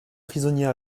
prisonniers